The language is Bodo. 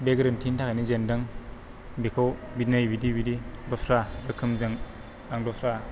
बे गोरोन्थिनि थाखायनो जेनदों बिखौ बिद नै बिदि बिदि दस्रा रोखोमजों आं दस्रा